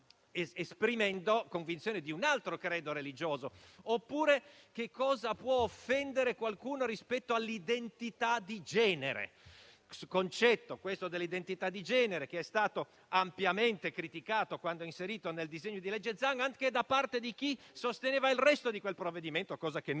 esprimendo convinzioni di un altro credo religioso), oppure su cosa può offendere qualcuno rispetto all'identità di genere. Un concetto, quest'ultimo, ampiamente criticato quando inserito nel disegno di legge Zan, anche da parte di chi sosteneva il resto di quel provvedimento (che noi non